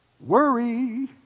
worry